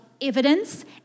evidence